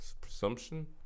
Presumption